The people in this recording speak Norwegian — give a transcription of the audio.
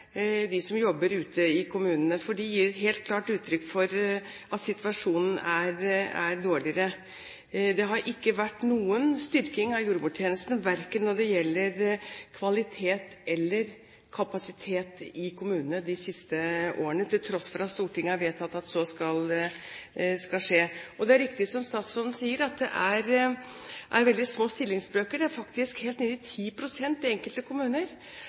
som jobber ute i kommunene. De gir helt klart uttrykk for at situasjonen er blitt dårligere. Det har ikke vært noen styrking av jordmortjenesten verken når det gjelder kvalitet eller kapasitet i kommunene de siste årene, til tross for at Stortinget har vedtatt at så skal skje. Det er riktig som statsråden sier, at det er veldig små stillingsbrøker – de er faktisk helt nede i 10 pst. i enkelte kommuner.